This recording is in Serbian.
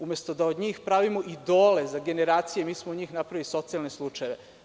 Umesto da od njih pravimo idole za generacije, mi smo od njih napravili socijalne slučajeve.